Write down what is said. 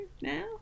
now